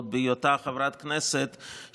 עוד בהיותה חברת כנסת,